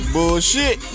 Bullshit